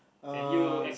um